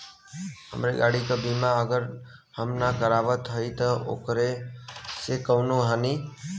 हमरे गाड़ी क बीमा अगर हम ना करावत हई त ओकर से कवनों हानि?